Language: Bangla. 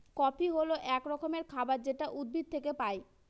কফি হল এক রকমের খাবার যেটা উদ্ভিদ থেকে পায়